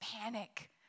panic